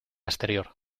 exterior